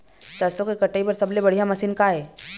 सरसों के कटाई बर सबले बढ़िया मशीन का ये?